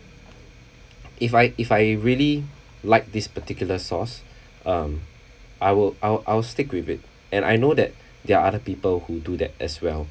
if I if I really like this particular source um I'll I'll I'll stick with it and I know that there are other people who do that as well